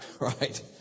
Right